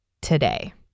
today